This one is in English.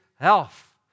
health